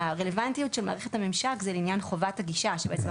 הרלוונטיות של מערכת הממשק היא לעניין חובת הגישה אנחנו